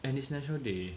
and is national day